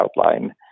outline